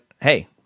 hey